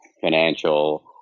financial